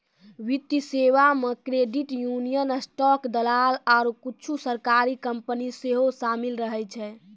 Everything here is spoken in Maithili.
वित्तीय सेबा मे क्रेडिट यूनियन, स्टॉक दलाल आरु कुछु सरकारी कंपनी सेहो शामिल रहै छै